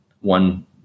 one